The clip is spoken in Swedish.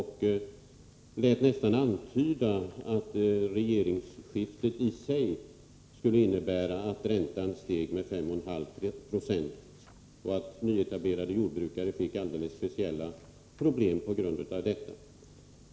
Han lät antyda att regeringsskiftet i sig skulle ha inneburit att räntan steg med 5,5 20 och att nyetablerade jordbrukare fick alldeles speciella problem på grund av detta.